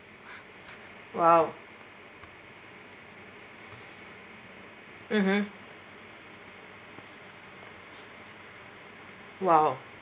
!wow! mmhmm !wow!